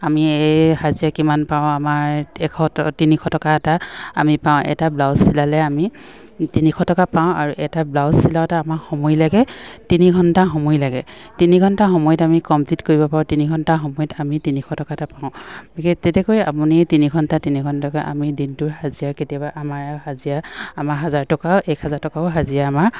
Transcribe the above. আমি এই হাজিৰা কিমান পাওঁ আমাৰ এশ তিনিশ টকা এটা আমি পাওঁ এটা ব্লাউজ চিলালে আমি তিনিশ টকা পাওঁ আৰু এটা ব্লাউজ চিলাওঁতে আমাৰ সময় লাগে তিনি ঘণ্টা সময় লাগে তিনি ঘণ্টা সময়ত আমি কমপ্লিট কৰিব পাৰোঁ তিনি ঘণ্টা সময়ত আমি তিনিশ টকা এটা পাওঁ বিশেকে তেতিকৈ আপুনি তিনি ঘণ্টা তিনি ঘণ্টাকে আমি দিনটোৰ হাজিৰা কেতিয়াবা আমাৰ হাজিৰা আমাৰ হাজাৰ টকা এক হাজাৰ টকাও হাজিৰা আমাৰ